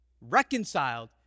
Reconciled